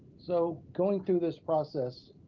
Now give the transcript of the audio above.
so going through this process,